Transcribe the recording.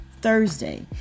Thursday